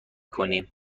کنیم